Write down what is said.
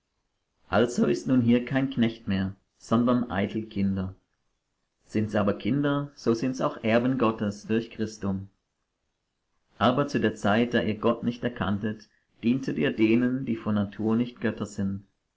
also ist nun hier kein knecht mehr sondern eitel kinder sind's aber kinder so sind's auch erben gottes durch christum aber zu der zeit da ihr gott nicht erkanntet dientet ihr denen die von natur nicht götter sind